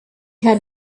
had